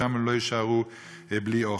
שם הם לא יישארו בלי אוכל.